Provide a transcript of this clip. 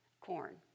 corn